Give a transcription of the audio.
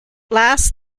last